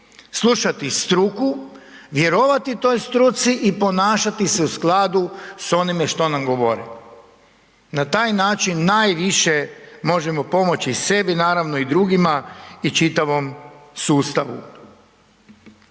slušati struku, vjerovati toj struci i ponašati se u skladu s onime što nam govore. Na taj način najviše možemo pomoći sebi naravno i drugima i čitavom sustavu.